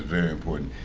very important.